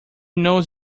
knows